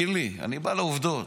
קינלי, אני בא לעובדות.